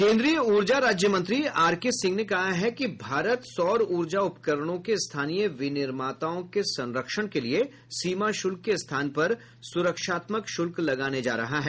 केन्द्रीय ऊर्जा राज्य मंत्री आर के सिंह ने कहा है कि भारत सौर ऊर्जा उपकरणों के स्थानीय विनिर्माताओं के संरक्षण के लिए सीमा शुल्क के स्थान पर सुरक्षात्मक शुल्क लगाने जा रहा है